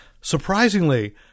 surprisingly